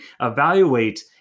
evaluate